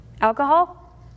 alcohol